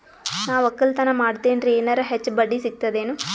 ನಾ ಒಕ್ಕಲತನ ಮಾಡತೆನ್ರಿ ಎನೆರ ಹೆಚ್ಚ ಬಡ್ಡಿ ಸಿಗತದೇನು?